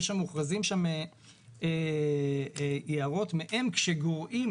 מוכרזים שם יערות וכשגורעים